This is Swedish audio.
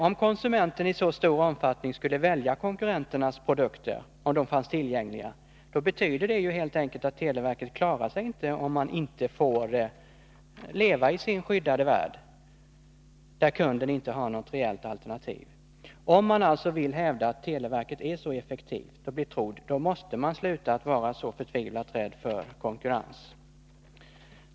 Om konsumenterna i så stor omfattning skulle välja konkurrenternas produkter, om de fanns tillgängliga, betyder det helt enkelt 9” att televerket inte klarar sig om det inte får leva i sin skyddade värld, där kunden inte har något alternativ. Om man vill hävda att televerket är så effektivt och betrott, måste man sluta att vara så förtvivlat rädd för konkurrens.